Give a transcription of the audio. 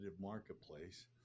marketplace